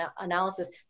analysis